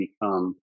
become